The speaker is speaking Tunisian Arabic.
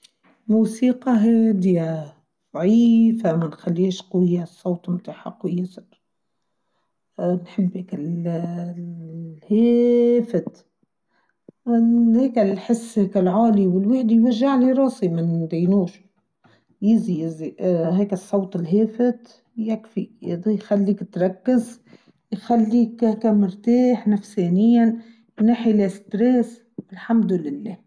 موسيقى هادية عيفة ما نخليش قوية الصوت متاحها ويزر نحب كالهاااااافت من ذيك الحس كالعالي والوهدي يوجع لي راسي من دينوش يزي يزي هكا الصوت الهافت يكفي يضي يخليك تركز يخليك هاكا مرتاح نفسانيا مناحي الاستريس الحمد لله.